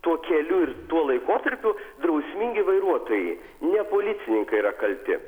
tuo keliu ir tuo laikotarpiu drausmingi vairuotojai ne policininkai yra kalti